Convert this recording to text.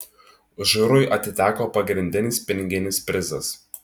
žurui atiteko pagrindinis piniginis prizas